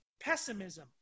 Pessimism